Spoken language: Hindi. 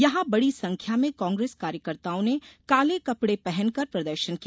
यहां बड़ी संख्या में कांग्रेस कार्यकर्ताओं ने काले कपड़े पहनकर प्रदर्शन किया